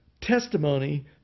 Testimony